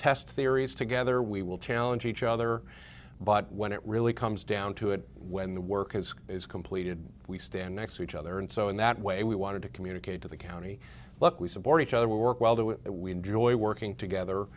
test theories together we will challenge each other but when it really comes down to it when the work is is completed we stand next to each other and so in that way we wanted to communicate to the county look we support each other we work well do it we enjoy working together